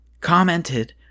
commented